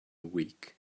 week